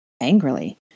angrily